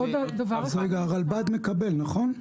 הרלב"ד מקבל, נכון?